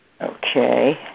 Okay